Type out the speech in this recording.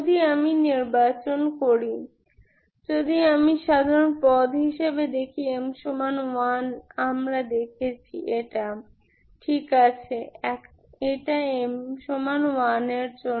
যদি আমি নির্বাচন করি যদি আমি সাধারণ পদ হিসেবে দেখি m1 আমরা দেখেছি এটি ঠিক আছে এটা m1 এর জন্য